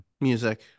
music